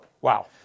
Wow